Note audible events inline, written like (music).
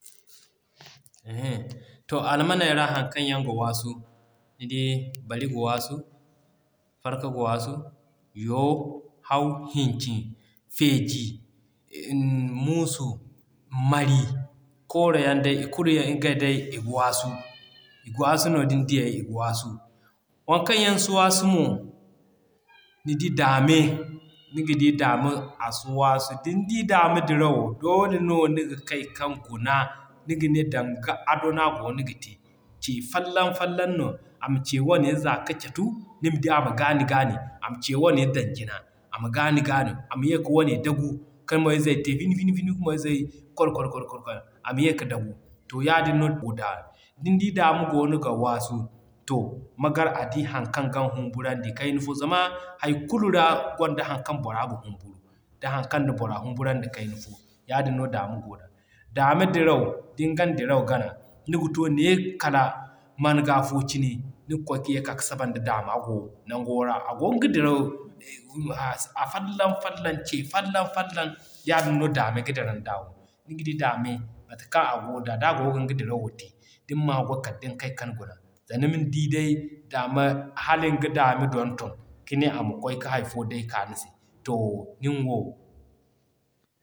(hesitation) To Almaney ra haŋ kaŋ yaŋ ga waasu: Nidi Bari ga waasu, Farka ga waasu, Yoo, Haw, Hincin, Feeji (hesitation) Muusu, Mari, Kooroyaŋ day i kulu yaŋ ngey day i ga waasu, i ga waasu no din diyey i ga waasu. Waŋ kaŋ yaŋ si waasu mo: Nidi Daame niga di Daame a si waasu. Din di Daame dirawo, doole no niga kay kan guna, niga ne danga ado no a goono ga te. Ce folloŋ folloŋ no ama ce wane za ka catu, nima di ama gaani gaani ama ce wane dan jina ama gaani gaani, ama ye ka wane dagu ka moy zey (unintelligible) ka moy zey kor kor kor kor kor ama ye ka dagu. To yaadin no a goo da. Din di Daame goono ga waasu, to magar a di haŋ kaŋ gan humburandi kayna fo zama hay kulu ra gwanda haŋ kaŋ bora ga humburu da haŋ kaŋ na boro humburandi kayna fo. Yaadin no Daame goo da. Daama diraw, din gan diraw gana, niga too ne kala manga fo cine niga kwaay ka ye ka saban da Daama go nango ra. A goo nga diraw (hesitation) a folloŋ folloŋ ce folloŋ folloŋ yaadin no Daame ga diran da. Niga di Daame mate kaŋ a goo da, da goo gin ga dirawo te, din man haggoy niga kay kan guna. Zama ni di day Daame halin ga Daame donton ka ne ama kwaay ka hay fo day ka ni se, too nin wo.